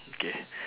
okay